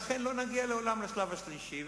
ולכן לא נגיע לעולם לשלב השלישי,